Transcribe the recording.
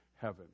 heaven